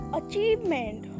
achievement